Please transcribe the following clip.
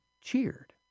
cheered